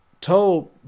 told